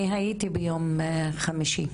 אני הייתי ביום חמישי,